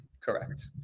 Correct